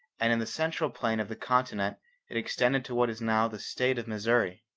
and in the central plain of the continent it extended to what is now the state of missouri.